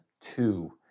two